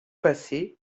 passé